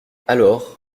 alors